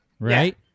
Right